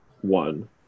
one